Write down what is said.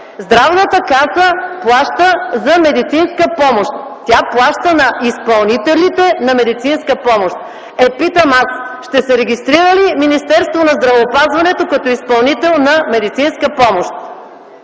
Здравната каса плаща за медицинска помощ. Тя плаща на изпълнителите на медицинска помощ. Е, питам аз: ще се регистрира ли Министерството на здравеопазването като изпълнител на медицинска помощ?